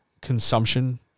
consumption